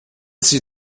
sie